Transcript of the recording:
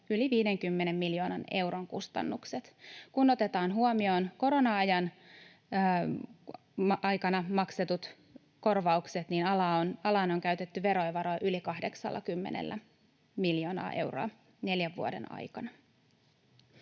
yli 50 miljoonan euron kustannukset. Kun otetaan huomioon korona-aikana maksetut korvaukset, niin alaan on käytetty verovaroja yli 80 miljoonaa euroa neljän vuoden aikana.